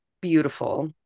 beautiful